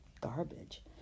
garbage